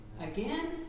Again